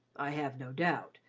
i have no doubt,